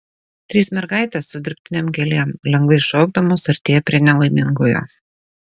trys mergaitės su dirbtinėm gėlėm lengvai šokdamos artėja prie nelaimingojo